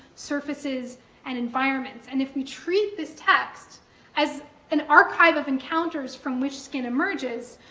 surfaces and environments, and if we treat this text as an archive of encounters from which skin emerges,